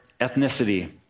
ethnicity